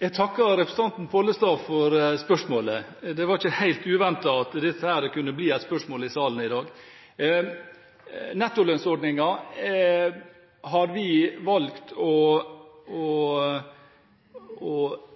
Jeg takker representanten Pollestad for spørsmålet. Det var ikke helt uventet at dette kunne bli et spørsmål i salen i dag. Nettolønnsordningen har vi valgt ikke å gå for, fordi vi ut fra en totalvurdering mener at rederiene er i stand til å